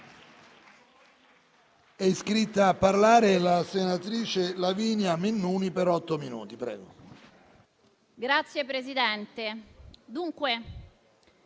Grazie, Presidente.